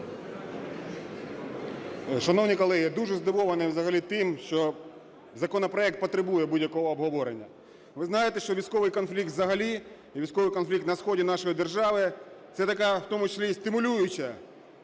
Шановні колеги, я дуже здивований взагалі тим, що законопроект потребує будь-якого обговорення. Ви знаєте, що військовий конфлікт взагалі, і військовий конфлікт на сході нашої держави, – це така в тому числі, і, стимулююча